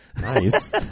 Nice